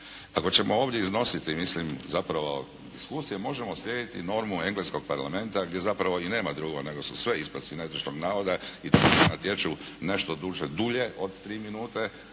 Ako ćemo ovdje iznositi mislim, zapravo diskusije, možemo slijediti normu engleskog Parlamenta gdje zapravo i nema drugo nego su sve ispravci netočnog navoda i …/Govornik se ne razumije./… nešto duže, dulje od 3 minute,